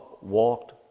walked